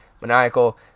maniacal